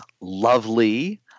lovely